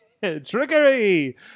Trickery